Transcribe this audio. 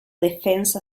defensa